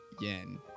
yen